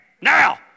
now